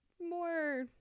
more